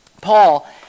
Paul